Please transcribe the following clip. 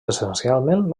essencialment